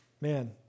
man